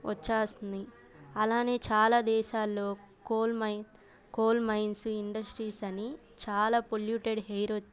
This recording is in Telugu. వచ్చేస్తున్నాయి అలాగే చాలా దేశాల్లో కొన్ని దేశాల్లో coal mine coal mines industries అని చాలా పొల్యూటెడ్ ఎయిర్